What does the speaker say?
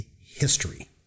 history